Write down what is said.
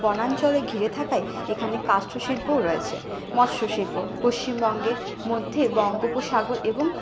বনাঞ্চলে ঘিরে থাকায় এখানে কাষ্ঠ শিল্পও রয়েছে মৎস্য শিল্প পশ্চিমবঙ্গের মধ্যে বঙ্গোপসাগর এবং